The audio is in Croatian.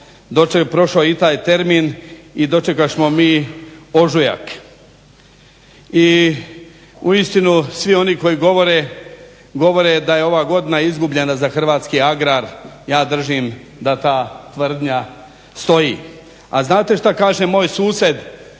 smo, prošao je i taj termin i dočekasmo mi ožujak. I uistinu svi oni koji govore, govore da je ova godina izgubljena za Hrvatski agrar ja držim da ta tvrdnja stoji. A znate šta kaže moj susjed,